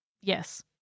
Yes